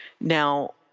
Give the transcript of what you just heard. Now